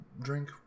drink